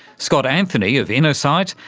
scott anthony of innosight,